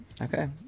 Okay